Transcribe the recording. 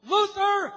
Luther